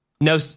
no